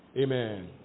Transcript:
Amen